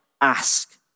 ask